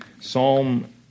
Psalm